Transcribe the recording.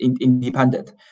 independent